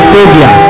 Savior